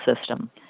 system